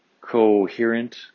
coherent